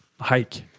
hike